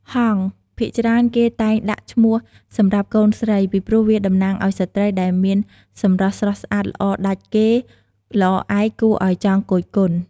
ហង្ស ភាគច្រើនគេតែងដាក់ឈ្មោះសម្រាប់កូនស្រី ពីព្រោះវាតំណាងឱ្យស្រ្តីដែលមានសម្រស់ស្រស់ស្អាតល្អដាច់គេ ល្អឯកគួរឱ្យចង់គយគន់។